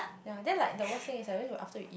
yea then like the worst is like always after you eat